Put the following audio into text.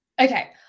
Okay